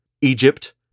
Egypt